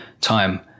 time